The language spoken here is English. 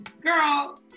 girl